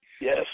Yes